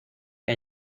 que